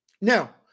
Now